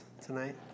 tonight